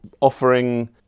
offering